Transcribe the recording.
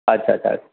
अछा अछा